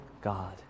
God